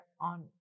on